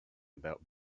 about